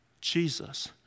Jesus